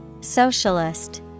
Socialist